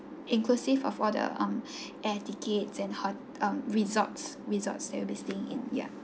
inclusive of all the um air tickets and hot um resort resort all things in ya